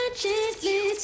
gently